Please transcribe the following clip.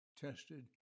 tested